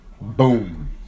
Boom